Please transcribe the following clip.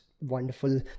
wonderful